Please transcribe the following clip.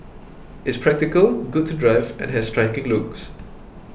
it's practical good to drive and has striking looks